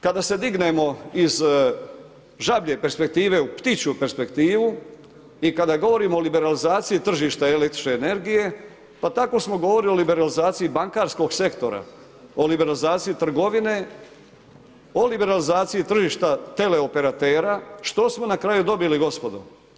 Kada se dignemo iz žablje perspektive u ptičju perspektivu i kada govorimo o liberalizaciji tržišta električne energije pa tako smo govorili o liberalizaciji bankarskog sektora, o liberalizaciji trgovine, o liberalizaciji tržišta teleoperatera, što smo na kraju dobili gospodo?